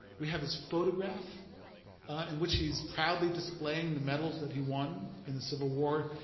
we have his photograph in which he's proudly displaying the medals that he won in the civil war.